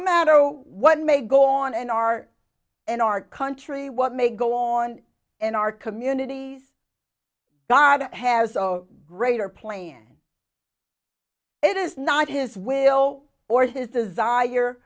matter what may go on in our in our country what may go on in our communities god has a greater plan it is not his will or his desire